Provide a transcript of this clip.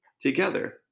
together